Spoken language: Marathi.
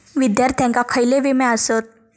विद्यार्थ्यांका खयले विमे आसत?